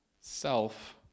self